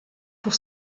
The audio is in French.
pour